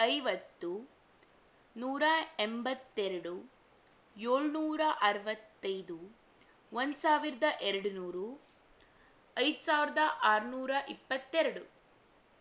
ಐವತ್ತು ನೂರ ಎಂಬತ್ತೆರಡು ಏಳುನೂರ ಅರವತ್ತೈದು ಒಂದು ಸಾವಿರದ ಎರಡುನೂರು ಐದು ಸಾವಿರದ ಆರುನೂರ ಇಪ್ಪತ್ತೆರಡು